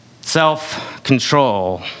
Self-control